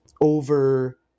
over